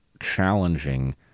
challenging